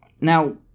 Now